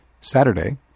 Saturday